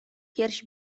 pierś